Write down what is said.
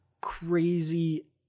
crazy